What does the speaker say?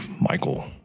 Michael